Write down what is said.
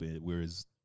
whereas